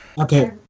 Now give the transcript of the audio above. okay